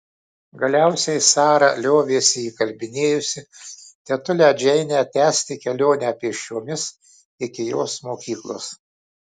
galiausiai sara liovėsi įkalbinėjusi tetulę džeinę tęsti kelionę pėsčiomis iki jos mokyklos